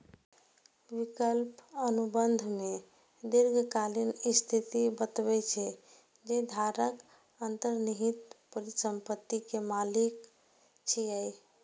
विकल्प अनुबंध मे दीर्घकालिक स्थिति बतबै छै, जे धारक अंतर्निहित परिसंपत्ति के मालिक छियै